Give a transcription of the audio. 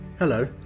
Hello